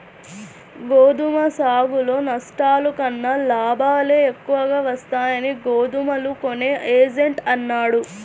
గోధుమ సాగులో నష్టాల కన్నా లాభాలే ఎక్కువగా వస్తాయని గోధుమలు కొనే ఏజెంట్ అన్నాడు